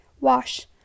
wash